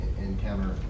encounter